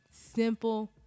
simple